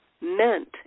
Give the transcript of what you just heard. meant